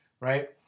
right